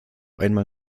einmal